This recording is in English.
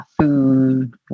food